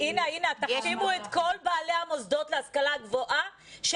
תחתימו את כל בעלי המוסדות להשכלה גבוהה,